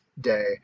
day